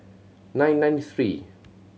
nine nine three